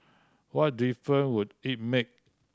what difference would it make